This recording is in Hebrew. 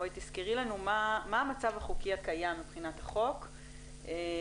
תסקרי לנו מה המצב החוקי הקיים מבחינת החוק ואחר